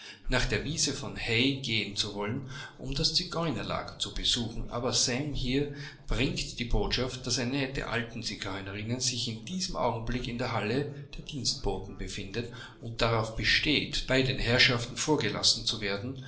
nach der wiese von hay gehen zu wollen um das zigeunerlager zu besuchen aber sam hier bringt die botschaft daß eine der alten zigeunerinnen sich in diesem augenblick in der halle der dienstboten befindet und darauf besteht bei den herrschaften vorgelassen zu werden